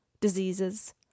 diseases